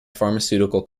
pharmaceutical